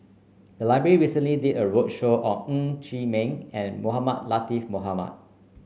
the library recently did a roadshow on Ng Chee Meng and Mohamed Latiff Mohamed